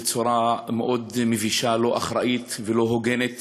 בצורה מאוד מבישה, לא אחראית ולא הוגנת,